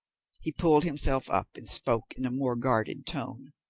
he pulled himself up, and spoke in a more guarded tone,